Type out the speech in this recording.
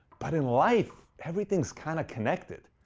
but in life everything's kind of connected.